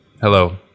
hello